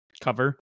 cover